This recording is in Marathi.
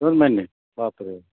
दोन महिने बापरे